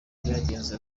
byagenze